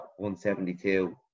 172